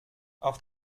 auch